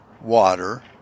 water